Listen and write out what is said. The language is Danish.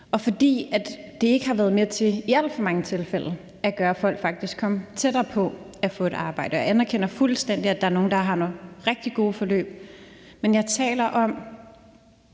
tilfælde ikke har været med at gøre, at folk faktisk kom tættere på at få et arbejde. Jeg anerkender fuldstændig, at der er nogle, der har nogle rigtig gode forløb, men jeg taler om